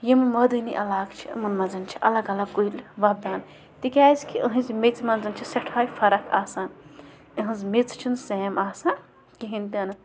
یِم مٲدٲنی علاقہٕ چھِ یِمَن منٛز چھِ اَلگ اَلگ کُلۍ وۄپدان تِکیٛازکہِ إہٕنٛزِ میٚژِ منٛز چھِ سٮ۪ٹھاے فرق آسان اِہٕنٛز میٚژ چھِنہٕ سیم آسان کِہیٖنۍ تہِ نہٕ